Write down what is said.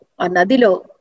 Anadilo